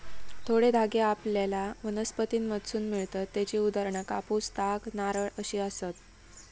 थोडे धागे आपल्याला वनस्पतींमधसून मिळतत त्येची उदाहरणा कापूस, ताग, नारळ अशी आसत